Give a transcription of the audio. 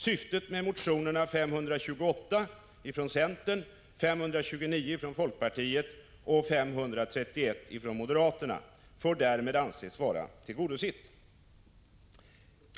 Syftet med motionerna 528 , 529 och 531 får därmed anses vara tillgodosett.